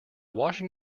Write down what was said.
washing